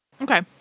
Okay